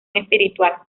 espiritual